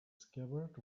scabbard